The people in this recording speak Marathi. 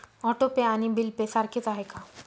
ऑटो पे आणि बिल पे सारखेच आहे का?